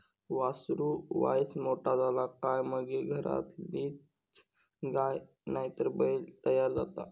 वासरू वायच मोठा झाला काय मगे घरातलीच गाय नायतर बैल तयार जाता